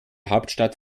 hauptstadt